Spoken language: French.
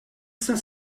saint